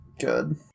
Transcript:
good